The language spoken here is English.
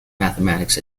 mathematics